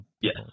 Yes